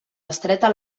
estreta